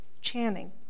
Channing